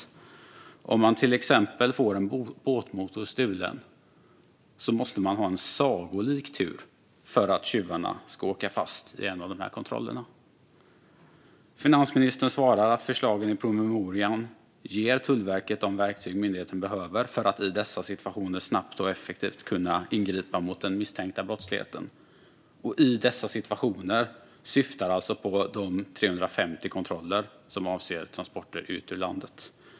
Den som får till exempel en båtmotor stulen måste alltså ha sagolik tur om tjuvarna ska åka fast i en av kontrollerna. Finansministern svarar att förslagen i promemorian ger Tullverket de verktyg som myndigheten behöver för att i dessa situationer kunna ingripa snabbt och effektivt mot den misstänkta brottsligheten. Dessa situationer syftar alltså på de 350 kontroller som avser transporter på väg ut ur landet.